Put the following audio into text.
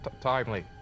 Timely